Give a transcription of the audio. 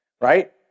right